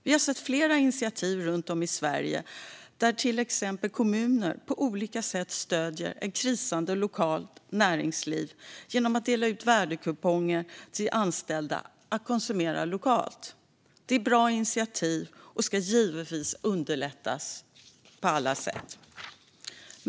Vi har sett flera initiativ runt om i Sverige, där till exempel kommuner på olika sätt stöder ett krisande lokalt näringsliv genom att dela ut värdekuponger till anställda att använda lokalt. Detta är bra initiativ som givetvis ska underlättas på alla sätt.